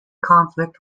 conflict